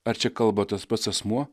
ar čia kalba tas pats asmuo